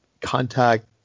contact